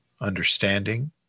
understanding